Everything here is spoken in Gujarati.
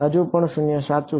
હજુ પણ 0 સાચું